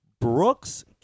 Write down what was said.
Brooks